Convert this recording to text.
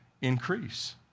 increase